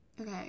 Okay